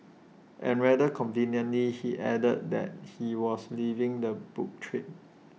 and rather conveniently he added that he was leaving the book trade